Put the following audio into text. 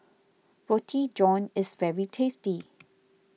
Roti John is very tasty